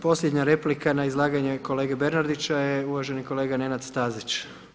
Posljednja replika na izlaganje kolege Bernardića je uvaženi kolega Nenad Stazić.